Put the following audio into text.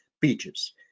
beaches